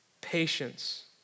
Patience